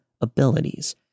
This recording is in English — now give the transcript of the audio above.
abilities